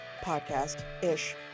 podcast-ish